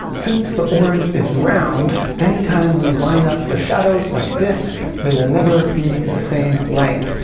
since the orange is round any time we line up the shadows like this they will never be the same length.